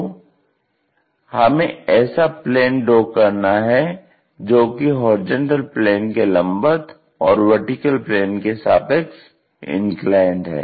तो हमें ऐसा प्लेन ड्रा करना है जो कि HP के लम्बवत है और VP के सापेक्ष इन्क्लाइन्ड है